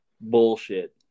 Bullshit